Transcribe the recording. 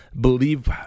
believe